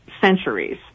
centuries